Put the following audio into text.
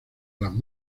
las